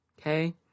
Okay